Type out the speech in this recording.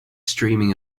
streaming